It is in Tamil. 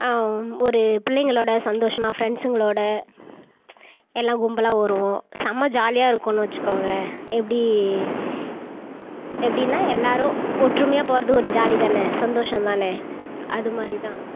ஒரு பிள்ளைங்களோட சந்தோஷமா ஃப்ரண்ட்ஸுங்களோட எல்லாம் கும்பலாக வருவோம் செம ஜாலியாக இருக்குன்னு வச்சிக்கோங்க எப்படி எப்படினா எல்லாரும் ஒற்றுமையாக போகறது ஒரு ஜாலிதானே சந்தோசம் தான அதுமாதிரிதான்